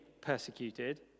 persecuted